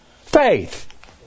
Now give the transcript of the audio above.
faith